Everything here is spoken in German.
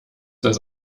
das